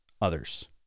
others